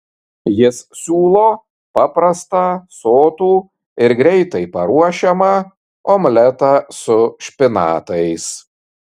jis siūlo paprastą sotų ir greitai paruošiamą omletą su špinatais